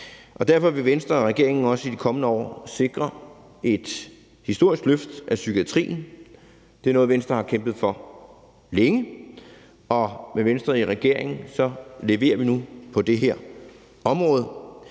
Derfor vil Venstre og regeringen også i de kommende år sikre et historisk løft af psykiatrien. Det er noget, Venstre har kæmpet for længe, og med Venstre i regeringen leverer vi nu på det her område,